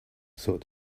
thought